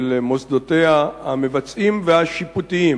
של מוסדותיה המבצעים והשיפוטיים,